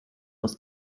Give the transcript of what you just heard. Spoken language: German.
aus